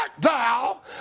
thou